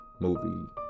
movie